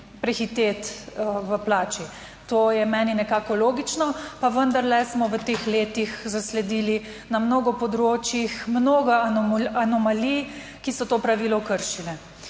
prehiteti v plači. To je meni nekako logično, pa vendarle smo v teh letih zasledili na mnogo področjih mnogo anomalij, ki so to pravilo kršile.